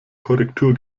korrektur